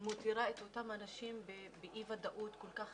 ומותירה את אותם אנשים באי-ודאות כל כך